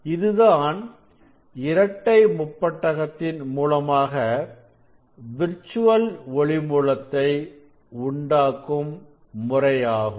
இதுதான் இரட்டை முப்பட்டகத்தின் மூலமாக விர்ச்சுவல் ஒளி மூலத்தை உண்டாக்கும் முறையாகும்